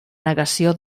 negació